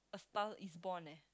a Star Is Born eh